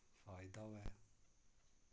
फायदा होऐ